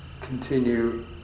continue